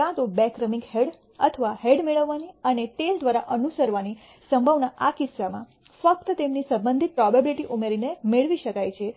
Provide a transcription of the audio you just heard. કાં તો બે ક્રમિક હેડ અથવા હેડ મેળવવાની અને ટેઈલ દ્વારા અનુસરવાની સંભાવના આ કિસ્સામાં ફક્ત તેમની સંબંધિત પ્રોબેબીલીટી ઉમેરીને મેળવી શકાય છે